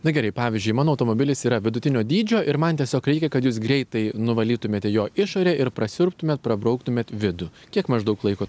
na gerai pavyzdžiui mano automobilis yra vidutinio dydžio ir man tiesiog reikia kad jūs greitai nuvalytumėte jo išorę ir prasiurbtumėt prabrauktumėt vidų kiek maždaug laiko